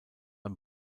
ein